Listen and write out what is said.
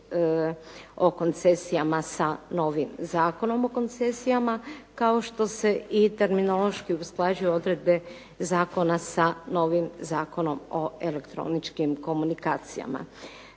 o koncesijama sa novim Zakonom o koncesijama kao što se i terminološki usklađuju odredbe zakona sa novim Zakonom o elektroničkim komunikacijama.